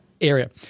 area